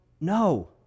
No